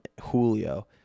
Julio